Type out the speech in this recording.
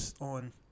On